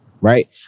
right